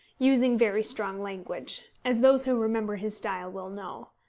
using very strong language as those who remember his style will know.